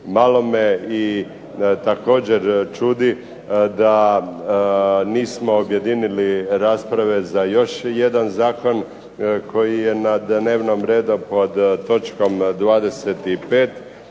Malo me i također čudi da nismo objedinili rasprave za još jedan zakon koji je na dnevnom redu pod točkom 25.